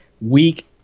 weak